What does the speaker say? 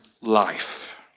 life